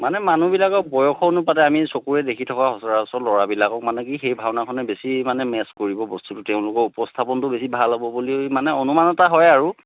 মানে মানুহবিলাকক বয়সৰ অনুপাতে আমি চকুৰে দেখি থকা সচৰাচৰ ল'ৰাবিলাকক মানে সেই ভাওনাখনে বেছি মানে মেচ কৰিব বস্তুটো তেওঁলোকৰ উপস্থাপনটো বেছি ভাল হ'ব বুলি মানে অনুমান এটা হয় আৰু